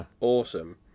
awesome